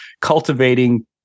cultivating